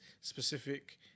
specific